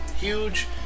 huge